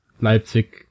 Leipzig